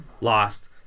Lost